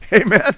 Amen